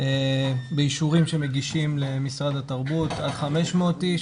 באישורים שמגישים למשרד התרבות, עד 500 איש.